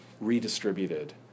redistributed